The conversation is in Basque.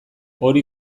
hori